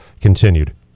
continued